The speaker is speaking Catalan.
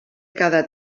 cada